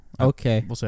Okay